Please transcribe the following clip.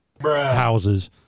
houses